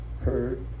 heard